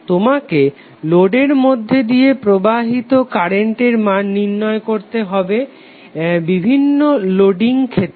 তোমাকে লোডের মধ্যে দিয়ে প্রবাহিত কারেন্টের মান নির্ণয় করতে হবে বিভিন্ন লোডিং ক্ষেত্রে